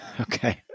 okay